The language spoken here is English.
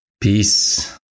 Peace